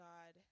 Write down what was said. God